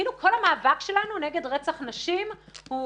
כאילו כל המאבק שלנו נגד רצח נשים הוא